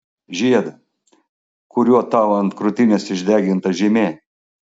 žiedą kuriuo tau ant krūtinės išdeginta žymė